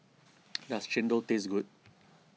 does Chendol taste good